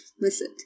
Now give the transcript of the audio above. listen